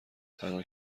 تنها